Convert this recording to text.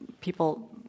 people